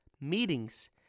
meetings